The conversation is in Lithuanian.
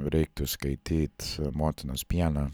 reiktų skaityt motinos pieną